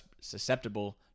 susceptible